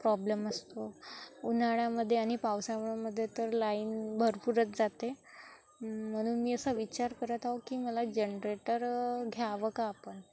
problem असतो उन्हाळ्यामध्ये आणि पावसाळ्यामध्ये तर लाईन भरपूरच जाते म्हणून मी असा विचार करत आहोत की मला जनरेटर घ्यावं का आपण